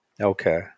Okay